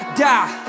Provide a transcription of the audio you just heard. die